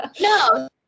No